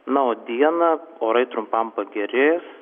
na o dieną orai trumpam pagerės